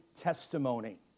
testimony